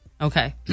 okay